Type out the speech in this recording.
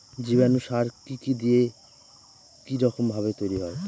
জীবাণু সার কি কি দিয়ে কি রকম ভাবে তৈরি হয়?